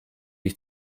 die